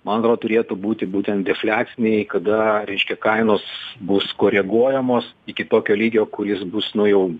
man atrodo turėtų būti būtent defliaciniai kada reiškia kainos bus koreguojamos iki tokio lygio kuris bus nu jau